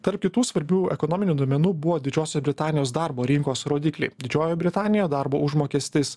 tarp kitų svarbių ekonominių duomenų buvo didžiosios britanijos darbo rinkos rodikliai didžiojoje britanijoje darbo užmokestis